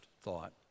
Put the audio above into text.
thought